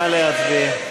נא להצביע.